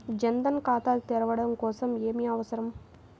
జన్ ధన్ ఖాతా తెరవడం కోసం ఏమి అవసరం?